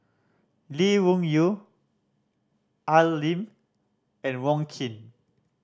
Lee Wung Yew Al Lim and Wong Keen